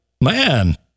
man